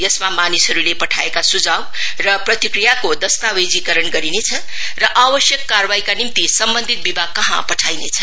यसमा मानिसहरुले पठाएका सुझाव र प्रतिक्रियाको दस्तावेजीकरण गरिनेछ र आवश्यक कारवाहीका निम्ति सम्बन्धित विभागकहाँ पठाइनेछ